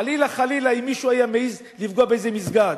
חלילה, חלילה אם מישהו היה מעז לפגוע באיזה מסגד.